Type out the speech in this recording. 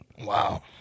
Wow